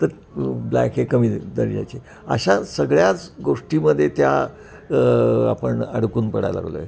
तर ब्लॅक हे कमी दर्जाचे अशा सगळ्याच गोष्टीमध्ये त्या आपण अडकून पडायला लागलो आहे